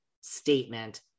statement